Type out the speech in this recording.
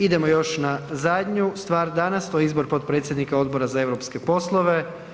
Idemo još na zadnju stvar danas, to je izbor potpredsjednika Odbora za europske poslove.